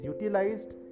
utilized